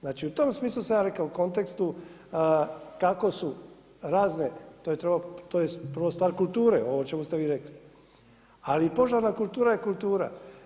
Znali u tom smislu sam ja rekao u kontekstu kako su razne, to je prva stvar kulture ovo o čemu ste vi rekli, ali i požarna kultura je kultura.